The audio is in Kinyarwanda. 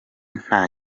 nta